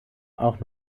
auch